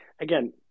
Again